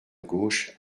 gauche